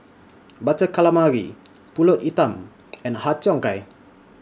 Butter Calamari Pulut Hitam and Har Cheong Gai